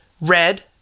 Red